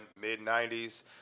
Mid-90s